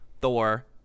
thor